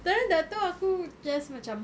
that time tak tahu aku just macam